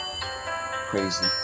crazy